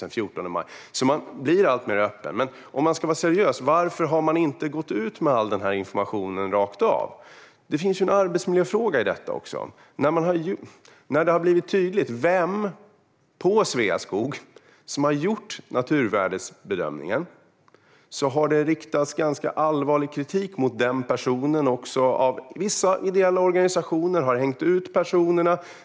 Man blir alltså alltmer öppen. Men om man ska vara seriös, varför har man då inte gått ut med all denna information rakt av? Det finns en arbetsmiljöfråga i detta också. När det har blivit tydligt vem på Sveaskog som har gjort naturvärdesbedömningen har det riktats ganska allvarlig kritik mot den personen. Vissa ideella organisationer har hängt ut den personen.